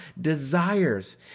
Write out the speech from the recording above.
desires